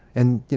and,